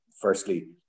Firstly